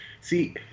See